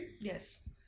Yes